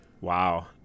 Wow